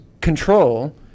control